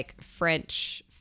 French